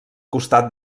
costat